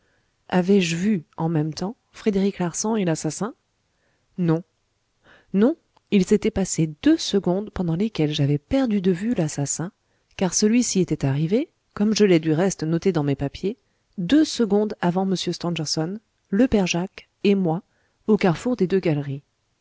avais-je vu en même temps frédéric larsan et l'assassin non non il s'était passé deux secondes pendant lesquelles j'avais perdu de vue l'assassin car celui-ci était arrivé comme je l'ai du reste noté dans mes papiers deux secondes avant m stangerson le père jacques et moi au carrefour des deux galeries